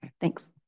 Thanks